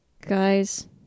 Guys